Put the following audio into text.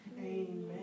Amen